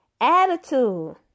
Attitude